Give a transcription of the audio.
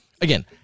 Again